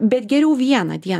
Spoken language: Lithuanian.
bet geriau vieną dieną